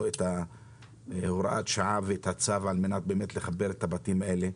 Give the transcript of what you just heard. את הוראת השעה והצו על מנת לחבר את הבתים האלה.